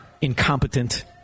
incompetent